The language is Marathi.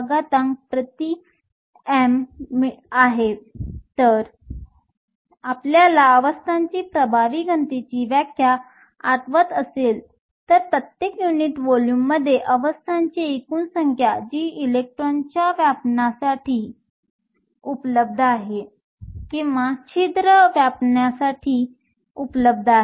म्हणून जर आपल्याला अवस्थांची प्रभावी घनतेची व्याख्या आठवत असेल तर प्रत्येक युनिट व्हॉल्यूममध्ये अवस्थांची एकूण संख्या जी इलेक्ट्रॉन व्यापण्यासाठी उपलब्ध आहे किंवा छिद्र व्यापण्यासाठी उपलब्ध आहे